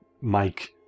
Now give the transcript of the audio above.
Mike